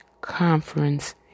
conference